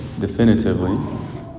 definitively